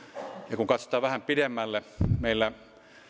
ja kun katsotaan vähän pidemmälle meillä